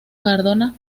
cardona